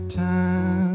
time